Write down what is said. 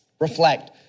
Reflect